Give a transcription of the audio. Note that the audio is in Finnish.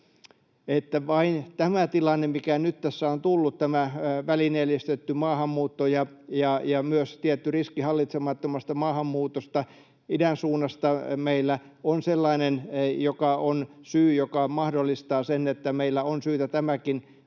vain tämä tilanne, mikä nyt tässä on tullut, tämä välineellistetty maahanmuutto ja myös tietty riski hallitsemattomasta maahanmuutosta idän suunnasta, on meillä sellainen syy, joka mahdollistaa sen, että meillä on syytä tämäkin